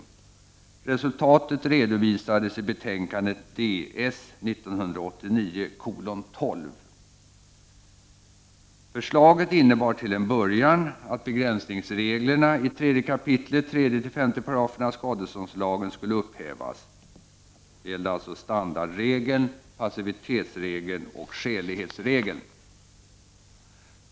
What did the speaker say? Resultatet redovisades i betänkandet Ds 1989:12. Förslaget innebar till en början att begränsningsreglerna i 3 kap. 3-5 §§ skadeståndslagen skulle upphävas. Det gällde alltså standardregeln, passivitetsregeln och skälighetsregeln.